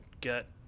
get